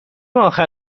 اخر